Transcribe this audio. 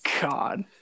God